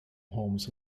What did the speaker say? homes